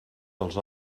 dels